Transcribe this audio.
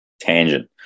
tangent